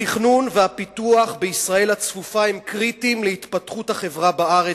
התכנון והפיתוח בישראל הצפופה הם קריטיים להתפתחות החברה בארץ,